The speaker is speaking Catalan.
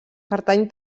pertany